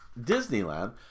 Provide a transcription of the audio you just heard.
Disneyland